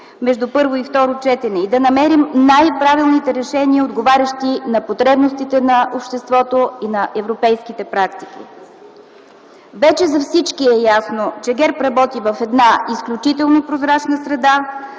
между първо и второ четене и да намерим най-правилните решения, отговарящи на потребностите на обществото и на европейските практики. Вече за всички е ясно, че ГЕРБ работи в изключително прозрачна среда,